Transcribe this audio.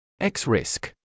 x-risk